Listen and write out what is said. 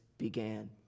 began